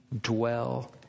dwell